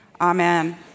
amen